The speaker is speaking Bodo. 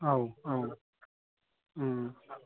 औ औ